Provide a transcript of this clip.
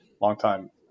longtime